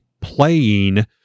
playing